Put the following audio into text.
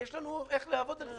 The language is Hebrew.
יש לנו איך לעבוד על זה.